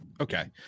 Okay